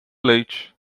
leite